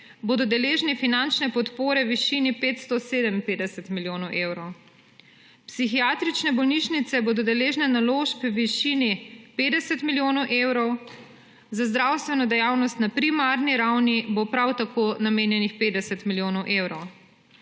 bodo deležni finančne podpore v višini 557 milijonov evrov. Psihiatrične bolnišnice bodo deležne naložb v višini 50 milijonov evrov. Za zdravstveno dejavnost na primarni ravni bo prav tako namenjenih 50 milijonov evrov.